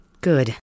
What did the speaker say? Good